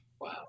Wow